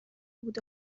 بود